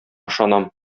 ышанам